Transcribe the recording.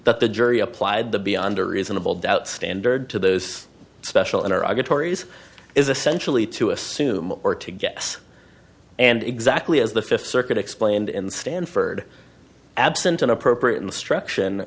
that the jury applied the beyond a reasonable doubt standard to those special in our good tories is essentially to assume or to guess and exactly as the fifth circuit explained in stanford absent an appropriate instruction